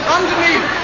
Underneath